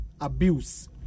abuse